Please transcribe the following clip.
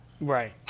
Right